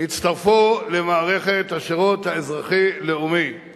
יושבת-ראש האופוזיציה